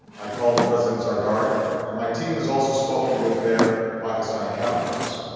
i called president zardari, and my team has also spoken with their pakistani counterparts.